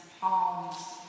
palms